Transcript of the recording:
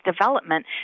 development